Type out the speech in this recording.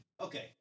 Okay